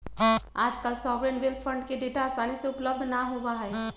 आजकल sovereign wealth fund के data आसानी से उपलब्ध ना होबा हई